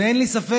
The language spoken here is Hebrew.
אין לי ספק